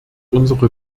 unsere